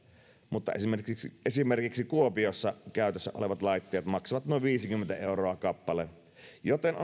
mutta esimerkiksi esimerkiksi kuopiossa käytössä olevat laitteet maksavat noin viisikymmentä euroa kappaleelta joten